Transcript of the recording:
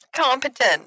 competent